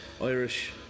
Irish